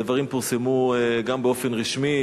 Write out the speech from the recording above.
הדברים פורסמו גם באופן רשמי,